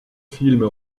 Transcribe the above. films